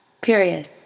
Period